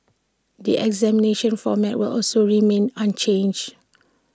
the examination format will also remain unchanged